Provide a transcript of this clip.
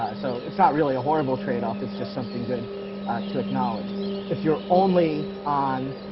ah so it's not really a horrible trade off. it's just something good to acknowledge if you're only on